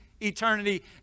eternity